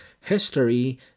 history